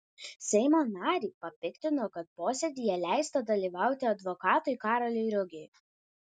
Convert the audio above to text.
seimo narį papiktino kad posėdyje leista dalyvauti advokatui karoliui rugiui